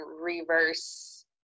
reverse